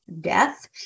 death